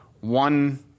one